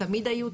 תמיד היו,